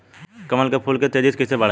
कमल के फूल के तेजी से कइसे बढ़ाई?